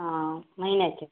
हा महिन्याचे